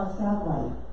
satellite